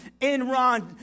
Enron